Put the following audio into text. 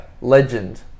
legend